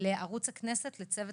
תודה לערוץ הכנסת, לצוות